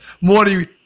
Morty